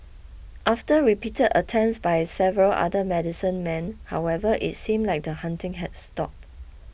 after repeated attempts by several other medicine men however it seemed like the haunting had stopped